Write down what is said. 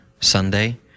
Sunday